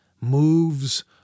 moves